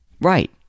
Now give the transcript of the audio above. Right